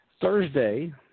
Thursday